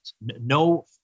No